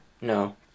no